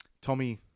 Tommy